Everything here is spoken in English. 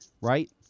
right